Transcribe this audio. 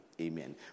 Amen